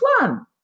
one